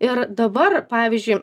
ir dabar pavyzdžiui